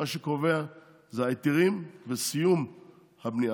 מה שקובע אלו ההיתרים וסיום הבנייה,